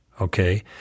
okay